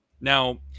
Now